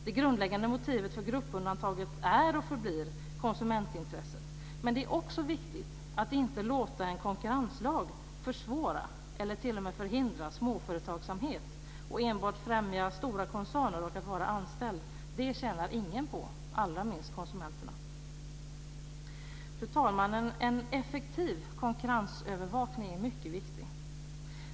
Det grundläggande motivet för gruppundantaget är och förblir konsumentintresset, men det är också viktigt att inte låta en konkurrenslag försvåra eller t.o.m. förhindra småföretagsamhet och enbart främja stora koncerner och att vara anställd. Det tjänar ingen på, allra minst konsumenterna. Fru talman! En effektiv konkurrensövervakning är mycket viktig.